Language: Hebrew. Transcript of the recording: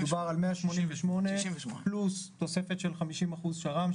מדובר על 188% פלוס תוספת של 50% שר"מ,